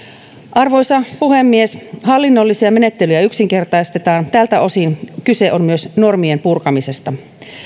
arvoisa puhemies hallinnollisia menettelyjä yksinkertaistetaan tältä osin kyse on myös normien purkamisesta